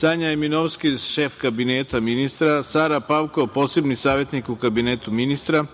Sanja Eminovski, šef Kabineta ministra, Sara Pavkov, poseban savetnik u Kabinetu ministra,